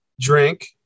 drink